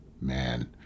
man